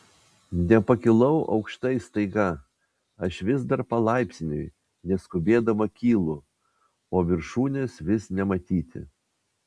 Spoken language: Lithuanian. nepakilau aukštai staiga aš vis dar palaipsniui neskubėdama kylu o viršūnės vis nematyti